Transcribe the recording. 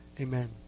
Amen